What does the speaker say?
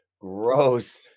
gross